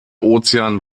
ozean